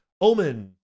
Omen